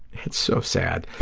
it's so sad.